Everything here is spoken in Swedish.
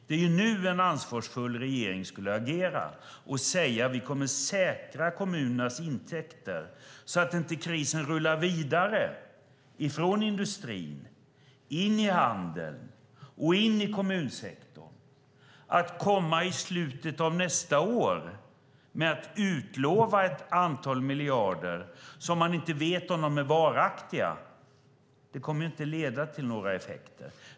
Det är nu som en ansvarsfull regering skulle agera och säga att man kommer att säkra kommunernas intäkter så att krisen inte rullar vidare från industrin, in i handeln och in i kommunsektorn. Att komma i slutet av nästa år och utlova ett antal miljarder som man inte vet om de är varaktiga kommer inte att leda till några effekter.